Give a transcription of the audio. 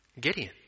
Gideon